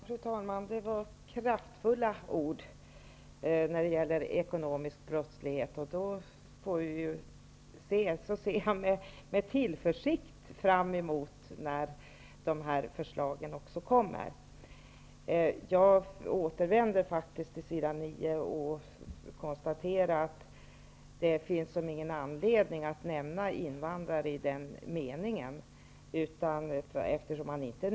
Fru talman! Det var kraftfulla ord som sades om den ekonomiska brottsligheten. Jag ser med tillförsikt fram emot förslagen på det här området. Jag kommer faktiskt tillbaka till skrivningen på s. 9 i betänkandet och konstaterar att det inte finns någon anledning att nämna ordet invandrare.